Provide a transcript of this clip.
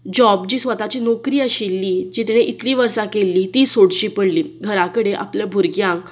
job जी स्वताची नोकरी आशिल्ली जी तिणें इतलीं वर्सां केल्लीं ती सोडची पडली घरा कडेन आपल्या भुरग्यांक